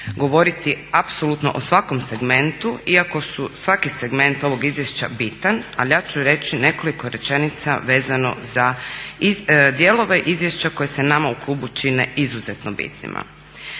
govoriti apsolutno o svakom segmentu iako je svaki segment ovog izvješća bitan ali ja ću reći nekoliko rečenica vezano za dijelove izvješća koje se nama u klubu čine izuzetno bitnima.